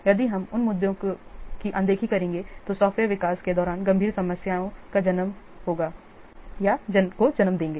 यदि हम उन मुद्दों की अनदेखी करेंगे जो सॉफ्टवेयर विकास के दौरान गंभीर समस्याओं को जन्म देंगे